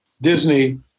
Disney